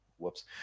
whoops